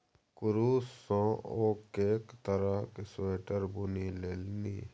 कुरूश सँ ओ कैक तरहक स्वेटर बुनि लेलनि